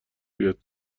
بیاد